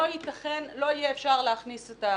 לא יהיה אפשר להכניס את התקן.